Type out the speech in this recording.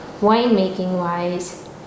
winemaking-wise